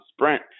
sprint